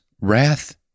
wrath